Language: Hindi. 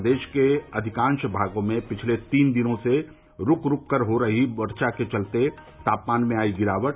प्रदेश के अधिकांश भागों में पिछले तीन दिनों से रूक रूकर कर हो रही वर्षा के चलते तापमान में आई गिरावट